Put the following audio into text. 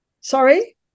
Sorry